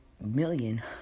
million